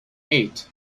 eight